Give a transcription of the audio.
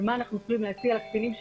על מה אנחנו יכולים להציע לקטינים שלנו,